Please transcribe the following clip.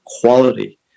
quality